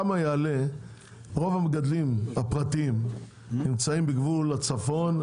רוב המגדלים הפרטיים נמצאים בגבול הצפון,